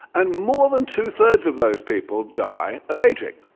and more than two thirds of those people die of aging.